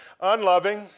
unloving